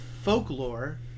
folklore